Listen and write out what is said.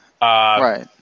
Right